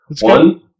One